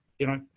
you know,